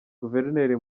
guverineri